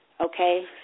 okay